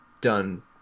done